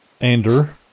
Ander